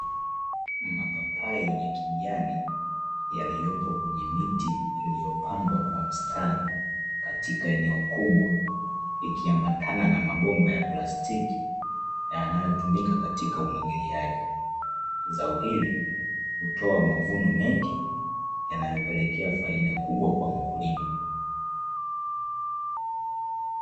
Mapapai ya kijani yaliyopo kwenye miti iliyopandwa kwa mstari katika eneo kubwa, likiambatana na mabomba ya plastiki yanayotumika katika umwagiliaji. Zao hili hutoa mavuno mengi yanayopelekea faida kubwa kwa mkulima.